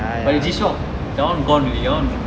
but the G shock that one gone already that one